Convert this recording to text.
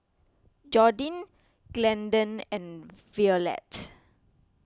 Jordin Glendon and Violette